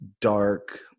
dark